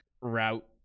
route